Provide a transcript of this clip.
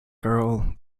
girl